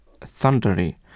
thundery